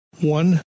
One